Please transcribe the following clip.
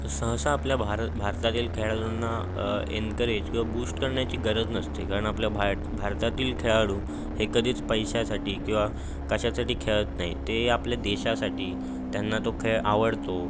सहसा आपल्या भार भारतातील खेळाडूंना एन्करेज किंवा बूस्ट करण्याची गरज नसते कारण आपला भाएत भारतातील खेळाडू हे कधीच पैशासाठी किंवा कशासाठी खेळत नाही ते आपल्या देशासाठी त्यांना तो खेळ आवडतो